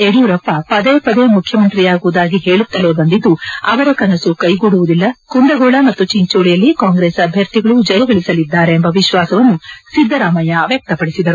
ಯಡಿಯೂರಪ್ಪ ಪದೇ ಪದೇ ಮುಖ್ಯಮಂತ್ರಿಯಾಗುವುದಾಗಿ ಹೇಳುತ್ತಲೇ ಬಂದಿದ್ದು ಅವರ ಕನಸು ಕೈಗೂಡುವುದಿಲ್ಲ ಕುಂದಗೋಳ ಮತ್ತು ಚಿಂಚೋಳಿಯಲ್ಲಿ ಕಾಂಗ್ರೆಸ್ ಅಭ್ಯರ್ಥಿಗಳು ಜಯಗಳಿಸಲಿದ್ದಾರೆ ಎಂಬ ವಿಶ್ವಾಸವನ್ನು ಸಿದ್ದರಾಮಯ್ಯ ವ್ಯಕ್ತಪಡಿಸಿದರು